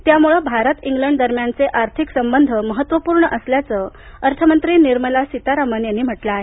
त्यामुळे भारत इंग्लंड दरम्यानचे आर्थिक संबंध महत्वपूर्ण असल्याचं अर्थमंत्री निर्मला सीतारामन यांनी म्हटलं आहे